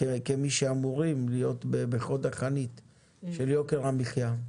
כמי שאמורים להיות בחוד החנית של יוקר המחייה?